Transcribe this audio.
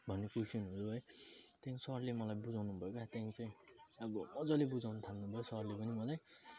भन्ने कोइसनहरू है त्यहाँदेखिन् सरले मलाई बोलाउनुभयो क्या त्यहाँदेखिन्को चाहिँ अब मज्जाले बुझाउनु थाल्नुभयो सरले पनि मलाई